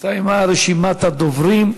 אם כן, רבותי, הסתיימה רשימת הדוברים.